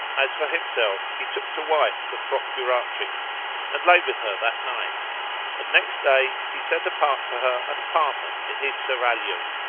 as for himself he took to wife the procuratrix and lay with her that night and next day he set apart for her an apartment in his serraglio,